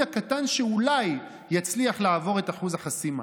הקטן שאולי יצליח לעבור את אחוז החסימה,